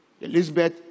Elizabeth